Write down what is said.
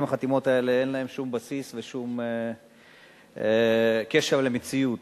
החתימות האלה אין להן שום בסיס ושום קשר למציאות,